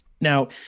Now